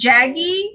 Jaggy